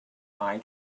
eye